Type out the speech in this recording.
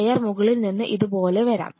air മുകളിൽ നിന്ന് ഇത് പോലെ വരാം